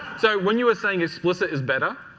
so, when you were saying explicit is better?